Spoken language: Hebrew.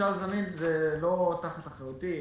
ממשל זמין זה לא תחת אחריותי,